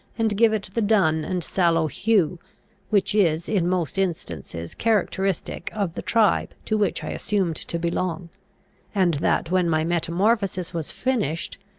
and give it the dun and sallow hue which is in most instances characteristic of the tribe to which i assumed to belong and that when my metamorphosis was finished,